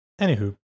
Anywho